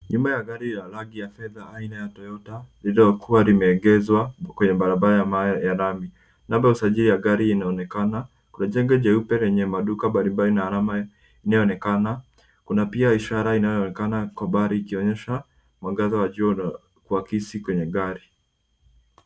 Nyuma ya gari ya fedha aina ya Toyota lililokuwa limeegezwa kwenye barabara ya mawe ya lami. Namba ya usajili ya gari inaonekana. Kuna jengo jeupe lenye maduka mbalimbali na alama inayoonekana, kuna pia ishara inayoonekana kwa mbali ikionyesha mwangaza wa jua na kuakisi kwenye gari.